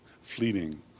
fleeting